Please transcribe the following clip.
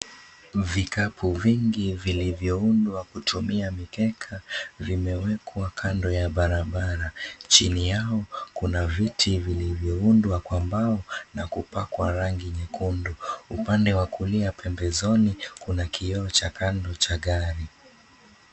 Vikapu vingi vilivyoundwa kutoka kwa mikeka vimeekwa kando ya barabara chini yao kuna viti vilivyo vimeundwa kwa mbao na vimepakwa rangi kwa rangi nyekundu, upande wa kulia pembezoni kuna kioo cha kando cha gari.